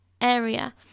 area